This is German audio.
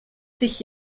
sich